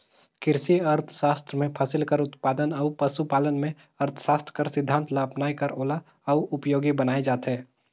किरसी अर्थसास्त्र में फसिल कर उत्पादन अउ पसु पालन में अर्थसास्त्र कर सिद्धांत ल अपनाए कर ओला अउ उपयोगी बनाए जाथे